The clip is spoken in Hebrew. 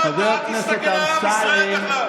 ששת המנדטים שלך,